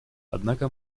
однако